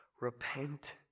Repent